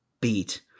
beat